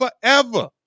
forever